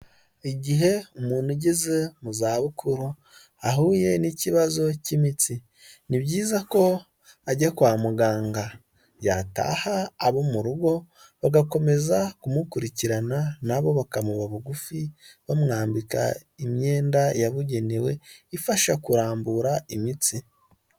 Igihe umuntu ugeze mu za bukuru, ahuye n'ikibazo cy'imitsi. Ni byiza ko ajya kwa muganga, yataha abo mu rugo bagakomeza kumukurikirana, na bo bakamuba bugufi bamwambika imyenda yabugenewe ifasha kurambura imitsi.